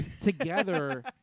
together